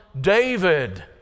David